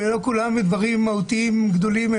ולא כולן דברים מהותיים גדולים,